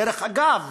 דרך אגב,